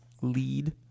lead